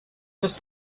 his